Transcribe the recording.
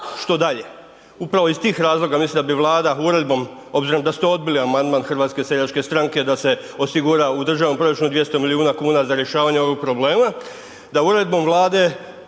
što dalje. Upravo iz tih razloga mislim da vi Vlada uredbom obzirom da ste odbili amandman HSS-a da se osigura u državnom proračunu 200 milijuna kuna za rješavanje ovog problema, da uredbom Vlade